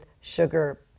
sugar